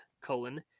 colon